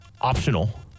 optional